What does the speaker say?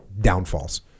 downfalls